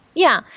yeah.